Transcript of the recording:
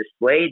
displayed